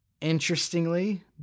Interestingly